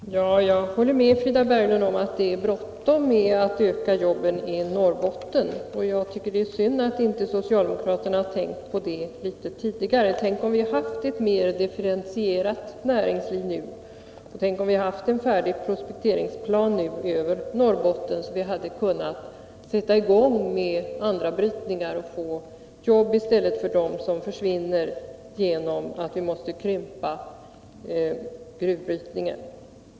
Herr talman! Jag håller med Frida Berglund om att det är bråttom med att öka jobben i Norrbotten, och jag tycker att det är synd att inte socialdemokraterna har tänkt på det litet tidigare. Tänk om vi nu hade haft ett mer differentierat näringsliv! Tänk om vi nu hade haft en färdig prospekteringsplan över Norrbotten, så att vi hade kunnat sätta i gång andra brytningar och få jobb i stället för dem som försvinner genom att vi måste krympa gruvbrytningen!